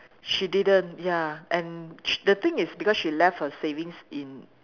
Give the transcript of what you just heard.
she didn't ya and sh~ the thing is because she left her savings in